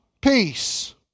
peace